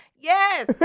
Yes